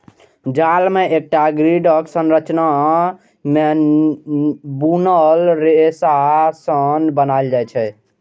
जाल कें एकटा ग्रिडक संरचना मे बुनल रेशा सं बनाएल जाइ छै